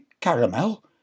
caramel